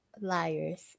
liars